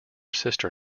sister